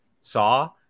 saw